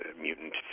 mutant